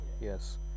yes